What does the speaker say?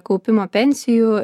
kaupimo pensijų